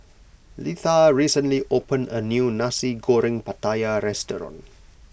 Litha recently opened a new Nasi Goreng Pattaya restaurant